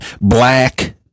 black